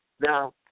Now